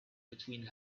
between